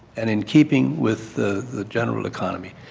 and in keeping with the general economy,